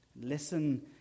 Listen